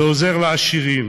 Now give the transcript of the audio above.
זה עוזר לעשירים.